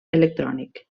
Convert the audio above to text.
electrònic